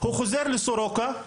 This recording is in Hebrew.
חזר לסורוקה,